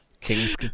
Kings